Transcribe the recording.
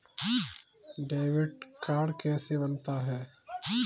Debit card कैसे बनता है?